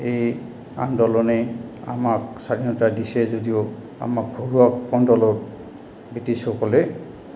এই আন্দোলনে আমাক স্বাধীনতা দিছে যদিও আমাক ঘৰুৱা কন্দলত ব্ৰিটিছসকলে